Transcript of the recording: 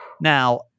Now